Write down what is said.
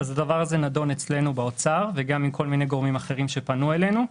הדבר הזה נדון אצלנו באוצר וגם עם כל מיני גורמים אחרים שפנו אלינו.